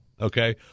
Okay